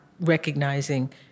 recognizing